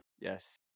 Yes